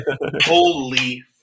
Holy